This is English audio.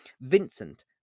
Vincent